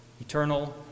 eternal